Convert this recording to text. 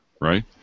right